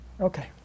Okay